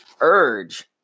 urge